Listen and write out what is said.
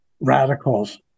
radicals